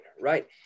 right